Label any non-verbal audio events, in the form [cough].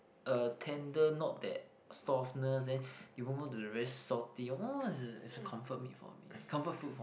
uh tender not that softness then it move on to very salty [noise] comfort me for me comfort food for me